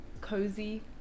cozy